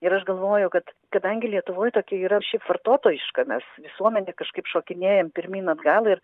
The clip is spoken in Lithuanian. ir aš galvoju kad kadangi lietuvoj tokia yra šiaip vartotojiška mes visuomenė kažkaip šokinėjam pirmyn atgal ir